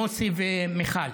מוסי ומיכל.